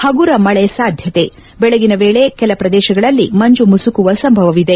ಹಗುರ ಮಳೆ ಸಾಧ್ಯತೆ ಬೆಳಗಿನ ವೇಳೆ ಕೆಲ ಪ್ರದೇಶಗಳಲ್ಲಿ ಮಂಜು ಮುಸುಕುವ ಸಂಭವಿದೆ